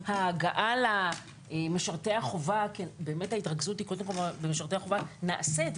ההגעה למשרתי החובה כי ההתרכזות היא קודם כל במשרתי החובה נעשית,